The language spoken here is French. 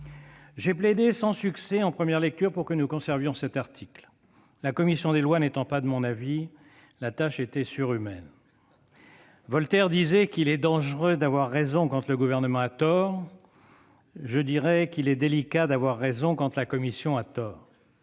J'ai plaidé sans succès, en première lecture, pour que nous conservions cet article. La commission des lois n'étant pas de mon avis, la tâche était surhumaine. Voltaire disait qu'il est dangereux d'avoir raison quand le Gouvernement a tort ; je dis qu'il est délicat d'avoir raison quand la commission a tort